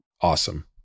awesome